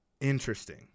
Interesting